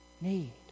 need